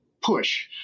push